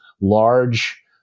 large